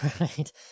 Right